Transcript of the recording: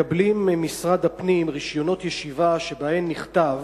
מקבלים ממשרד הפנים רשיונות ישיבה שבהם נכתב